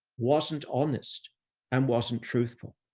wasn't honest and wasn't truthful.